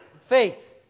Faith